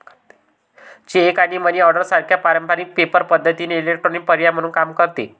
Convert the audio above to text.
check आणि money order सारख्या पारंपारिक पेपर पद्धतींना इलेक्ट्रॉनिक पर्याय म्हणून काम करते